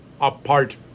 apart